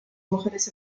mujeres